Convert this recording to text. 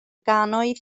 gannoedd